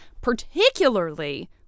particularly